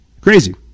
Crazy